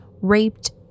raped